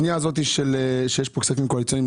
הפנייה הזאת בה יש כספים קואליציוניים,